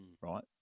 right